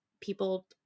people